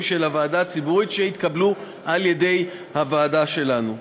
של הוועדה הציבורית שהתקבלו על-ידי הוועדה שלנו.